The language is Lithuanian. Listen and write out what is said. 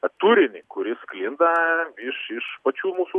tą turinį kuris sklinda iš iš pačių mūsų